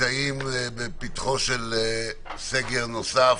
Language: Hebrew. נמצאים בפתחו של סגר נוסף,